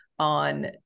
on